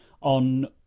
on